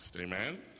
Amen